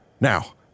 Now